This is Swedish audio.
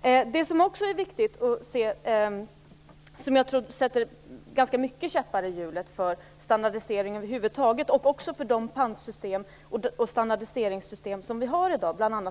Det är mycket som är viktigt och som jag tror sätter käppar i hjulet för standardisering över huvud taget och också för de pantsystem och standardiseringssystem som vi har i dag.